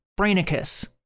Brainicus